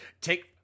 take